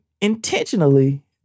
intentionally